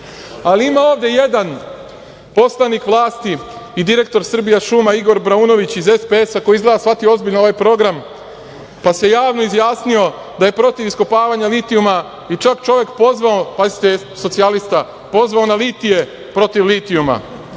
ljudima. Ima ovde jedan poslanik vlasti i direktor "Srbijašuma" Igor Braunović iz SPS, koji je izgleda shvatio ozbiljno ovaj program, pa se javno izjasnio da je protiv iskopavanja litijuma i čak čovek pozvao, pazite, socijalista, pozvao na litije protiv litijuma.